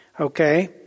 okay